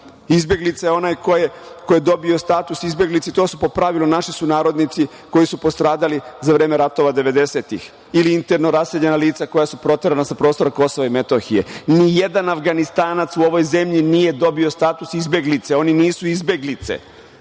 Izbeglica je onaj ko je dobio status izbeglice i to su po pravilu naši sunarodnici koji su postradali za vreme ratova 90-tih ili interno raseljena lica koja su proterana sa prostora KiM. Ni jedan Avganistanac u ovoj zemlji nije dobio status izbeglice. Oni nisu izbeglice,